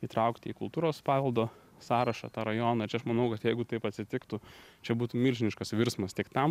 įtraukti į kultūros paveldo sąrašą tą rajoną ir čia aš manau kad jeigu taip atsitiktų čia būtų milžiniškas virsmas tiek tam